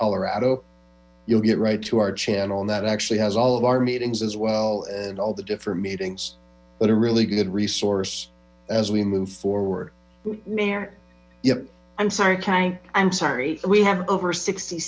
colorado you'll get right to our channel and that actually has all of our meetings as well and all the different meetings that are really good resource as we move forward mayor yeah i'm sorry i'm sorry we have over sixty